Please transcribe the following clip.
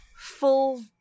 Full